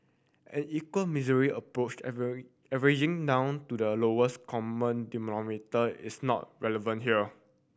an equal misery approach averaging down to the lowest common is not relevant here